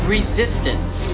Resistance